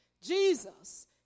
Jesus